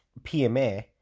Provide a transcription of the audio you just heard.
PMA